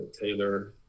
Taylor